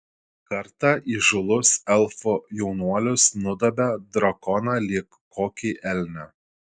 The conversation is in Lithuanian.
kartą įžūlus elfų jaunuolis nudobė drakoną lyg kokį elnią